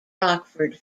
rockford